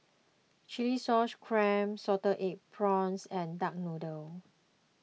Chilli Sauce Clams Salted Egg Prawns and Duck Noodle